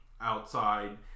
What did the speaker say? outside